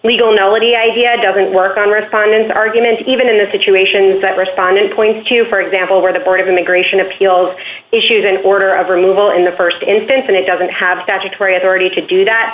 nobody idea doesn't work on respondents argument even in the situations that respondent points to for example where the board of immigration appeals issues an order of removal in the st instance and it doesn't have statutory authority to do that